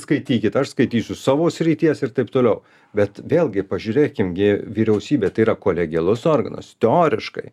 skaitykit aš skaitysiu savo srities ir taip toliau bet vėlgi pažiūrėkim gi vyriausybė tai yra kolegialus organas teoriškai